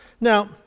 Now